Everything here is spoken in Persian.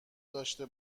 داشته